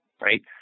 right